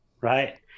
right